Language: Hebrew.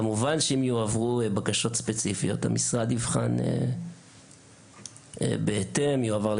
כמובן שאם יועברו בקשות ספציפיות המשרד הן יועברו